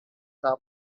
top